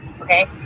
Okay